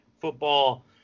football